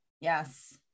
Yes